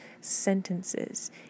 sentences